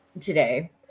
today